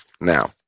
Now